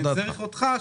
נס ציונה,